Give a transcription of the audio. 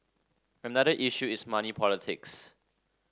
another issue is money politics